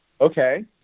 okay